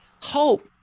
Hope